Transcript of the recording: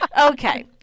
okay